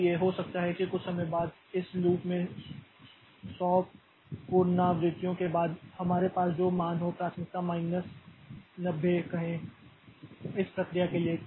इसलिए हो सकता है कि कुछ समय बाद इस लूप के 100 पुनरावृत्तियों के बाद हमारे पास जो मान हो प्राथमिकता माइनस 90 कहें इस प्रक्रिया के लिए